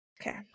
Okay